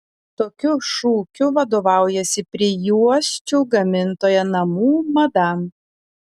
tokiu šūkiu vadovaujasi prijuosčių gamintoja namų madam